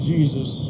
Jesus